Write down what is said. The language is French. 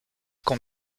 qu’on